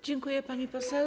Dziękuję, pani poseł.